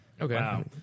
Okay